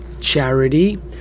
charity